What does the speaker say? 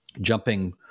jumping